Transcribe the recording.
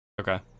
Okay